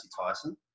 Tyson